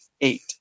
eight